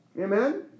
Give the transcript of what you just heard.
Amen